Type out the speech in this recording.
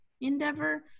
endeavor